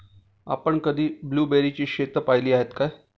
आपण कधी ब्लुबेरीची शेतं पाहीली आहेत काय?